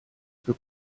für